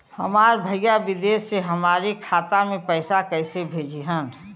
हमार भईया विदेश से हमारे खाता में पैसा कैसे भेजिह्न्न?